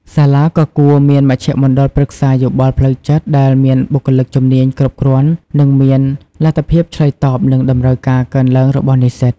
សាលាក៏គួរមានមជ្ឈមណ្ឌលប្រឹក្សាយោបល់ផ្លូវចិត្តដែលមានបុគ្គលិកជំនាញគ្រប់គ្រាន់និងមានលទ្ធភាពឆ្លើយតបនឹងតម្រូវការកើនឡើងរបស់និស្សិត។